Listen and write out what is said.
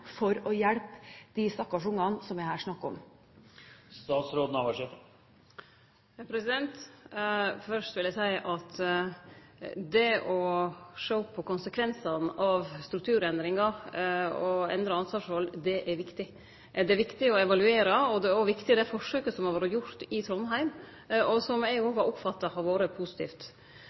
for å hjelpe de stakkars barna det her er snakk om? Fyrst vil eg seie at det å sjå på konsekvensane av strukturendringar og endra ansvarsforhold er viktig. Det er viktig å evaluere, og det forsøket som vart gjort i Trondheim, som eg har oppfatta har vore positivt,